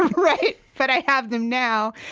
right. but i have them now,